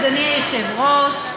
אדוני היושב-ראש,